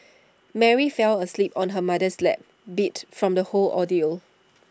Mary fell asleep on her mother's lap beat from the whole ordeal